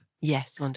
Yes